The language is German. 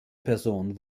person